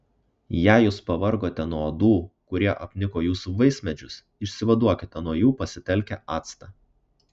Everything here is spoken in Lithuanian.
jei jūs pavargote nuo uodų kurie apniko jūsų vaismedžius išsivaduokite nuo jų pasitelkę actą